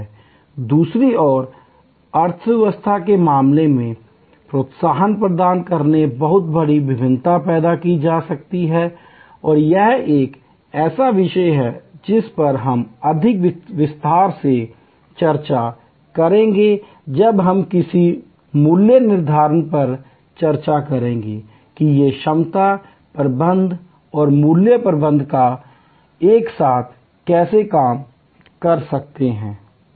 दूसरी ओर अर्थव्यवस्था के मामले में प्रोत्साहन प्रदान करके बहुत बड़ी भिन्नता पैदा की जा सकती है और यह एक ऐसा विषय है जिस पर हम अधिक विस्तार से चर्चा करेंगे जब हम किसी मूल्य निर्धारण पर चर्चा करेंगे कि ये क्षमता प्रबंधन और मूल्य प्रबंधन एक साथ कैसे काम कर सकते हैं